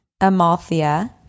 Amalthea